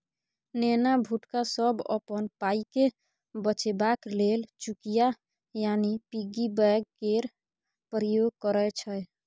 नेना भुटका सब अपन पाइकेँ बचेबाक लेल चुकिया यानी पिग्गी बैंक केर प्रयोग करय छै